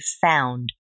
found